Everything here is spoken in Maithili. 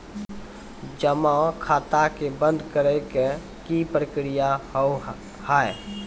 जमा खाता के बंद करे के की प्रक्रिया हाव हाय?